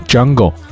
Jungle